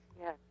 Yes